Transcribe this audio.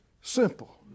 simple